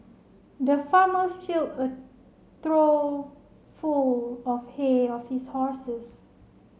the farmer filled a trough full of hay of his horses